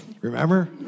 Remember